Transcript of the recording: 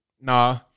nah